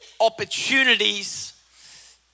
opportunities